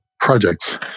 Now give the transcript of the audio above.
projects